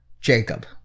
Jacob